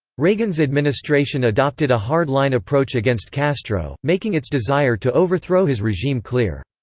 reagan's administration adopted a hard-line approach against castro, making its desire to overthrow his regime clear.